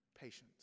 patience